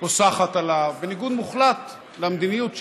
פוסחת עליו, בניגוד מוחלט למדיניות שלה.